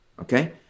okay